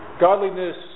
godliness